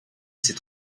ses